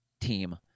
team